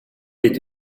dit